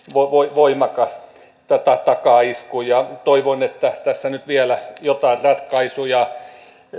voimakas takaisku ja toivon että tässä nyt vielä joitain ratkaisuja